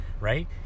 right